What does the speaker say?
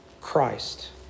Christ